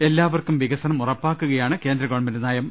എല്ലാവർക്കും വികസനം ഉറപ്പാക്കുകയാണ് കേന്ദ്ര ഗവൺമെന്റിന്റെ നയം